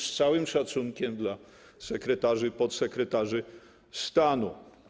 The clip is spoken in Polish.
Z całym szacunkiem dla sekretarzy, podsekretarzy stanu.